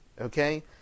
okay